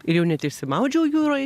ir jau net išsimaudžiau jūroj